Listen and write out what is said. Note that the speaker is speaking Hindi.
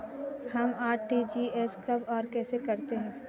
हम आर.टी.जी.एस कब और कैसे करते हैं?